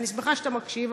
אני שמחה שאתה מקשיב.